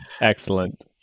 excellent